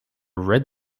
red